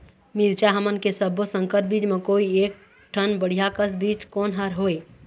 मिरचा हमन के सब्बो संकर बीज म कोई एक ठन बढ़िया कस बीज कोन हर होए?